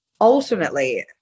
ultimately